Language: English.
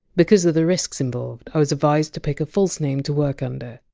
because of the risks involved, i was advised to pick a false name to work under.